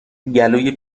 گلوی